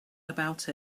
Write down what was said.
about